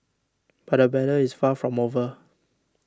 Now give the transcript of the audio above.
but the battle is far from over